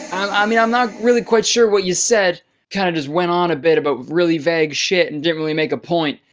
i mean, i'm not really quite sure what you said. you kinda just went on a bit about really vague shit and didn't really make a point.